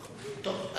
טוב,